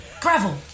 Gravel